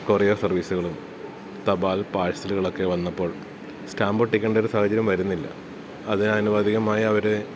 courier സർവീസ്സ്കളും തപാൽ പാഴ്സലുകൾ ഒക്കെ വന്നപ്പോൾ സ്റ്റാമ്പ് ഒട്ടിക്കേണ്ട ഒരു സാഹചര്യം വരുന്നില്ല അതിനനുവദികമായവര്